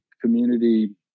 community